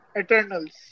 Eternals